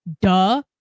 duh